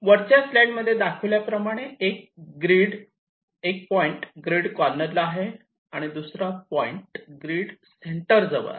वरच्या स्लाईड मध्ये दाखविल्याप्रमाणे एक पॉईंट ग्रीड कॉर्नर ला आहे आणि दुसरा पॉईंट ग्रीड सेंटर जवळ आहे